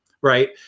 right